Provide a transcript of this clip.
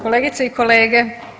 Kolegice i kolege.